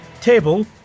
table